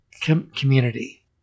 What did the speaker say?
community